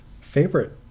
favorite